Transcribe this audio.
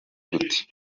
gute